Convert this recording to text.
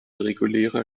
regulärer